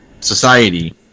society